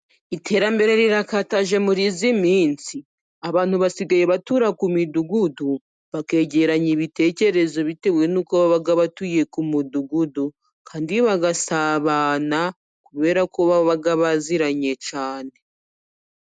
Iterambere rirakataje muri iyi minsi abantu basigaye batura ku midugudu bakegeranya ibitekerezo bitewe n'uko baba batuye ku mudugudu. Kandi bagasabana kubera ko baba baziranye cyane.